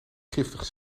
giftig